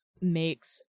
makes